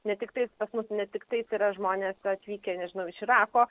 ne tiktai pas mus ne tik tai yra žmonės atvykę nežinau iš irako